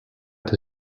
that